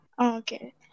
Okay